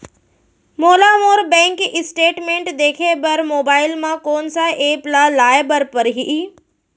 मोला मोर bank statement देखे बर मोबाइल मा कोन सा एप ला लाए बर परही?